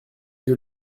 yeux